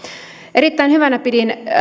erittäin hyvänä pidin